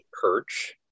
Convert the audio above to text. perch